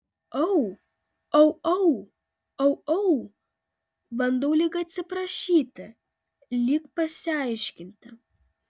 au au au au au bandau lyg atsiprašyti lyg pasiaiškinti